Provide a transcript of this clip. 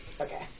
Okay